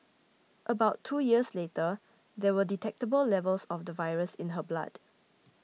about two years later there were detectable levels of the virus in her blood